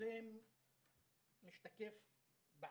זה משתקף בעתיד.